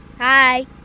Hi